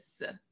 Yes